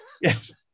Yes